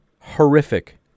horrific